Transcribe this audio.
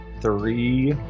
three